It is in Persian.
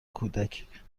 کودک